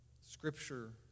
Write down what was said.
Scripture